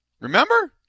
Remember